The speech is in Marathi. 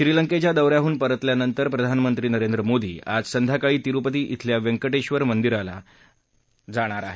श्रीलंकेच्या दौऱ्याहून परतल्यानंतर प्रधानमंत्री नरेंद्र मोदी आज संध्याकाळी तिरुपती श्रील्या व्यंकटेश्वर मंदीराच्या दर्शनाला जाणार आहेत